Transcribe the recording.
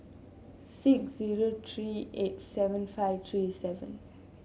six zero three eight seven five three seven